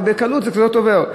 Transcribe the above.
ובקלות זה עובר.